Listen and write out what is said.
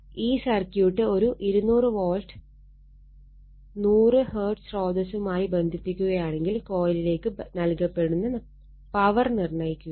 ഈ സർക്യൂട്ട് ഒരു 200 volt 100 Hz സ്രോതസ്സുമായി ബന്ധിപ്പിക്കുകയാണെങ്കിൽ കോയിലിലേക്ക് നൽകപ്പെടുന്ന പവർ നിർണ്ണയിക്കുക